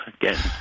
Again